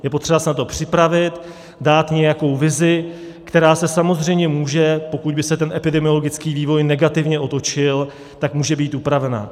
Je potřeba se na to připravit, dát nějakou vizi, která samozřejmě může, pokud by se ten epidemiologický vývoj negativně otočil, tak může být upravena.